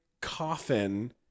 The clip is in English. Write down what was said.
coffin